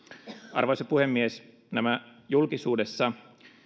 arvoisa puhemies nämä julkisuudessa